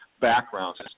backgrounds